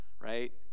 Right